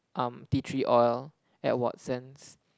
um tea tree oil at Watsons